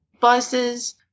buses